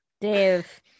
Dave